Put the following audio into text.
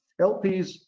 LPs